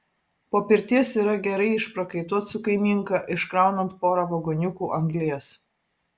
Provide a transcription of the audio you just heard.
po pirties yra gerai išprakaituot su kaimynka iškraunant porą vagoniukų anglies